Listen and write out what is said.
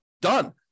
Done